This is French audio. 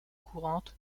courante